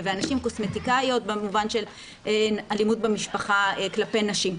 קוסמטיקאיות במובן של אלימות במשפחה כלפי נשים.